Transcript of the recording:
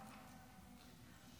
לרשותך שלוש דקות.